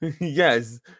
Yes